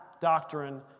doctrine